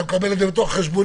אתה מקבל חשבונית.